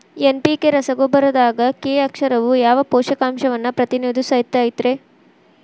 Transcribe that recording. NPK ರಸಗೊಬ್ಬರದಾಗ K ಅಕ್ಷರವು ಯಾವ ಪೋಷಕಾಂಶವನ್ನ ಪ್ರತಿನಿಧಿಸುತೈತ್ರಿ?